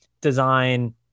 design